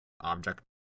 object